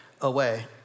away